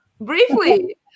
briefly